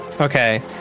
Okay